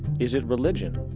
is it religion?